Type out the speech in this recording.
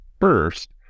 first